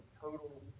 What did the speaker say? total